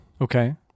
Okay